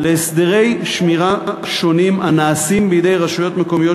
להסדרי שמירה שונים הנעשים בידי רשויות מקומיות